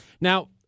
Now